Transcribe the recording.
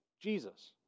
Jesus